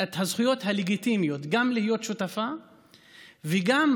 הזכויות הלגיטימיות: גם להיות שותפה וגם